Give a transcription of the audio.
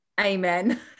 Amen